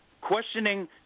questioning